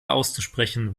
auszusprechen